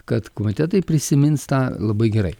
kad komitetai prisimins tą labai gerai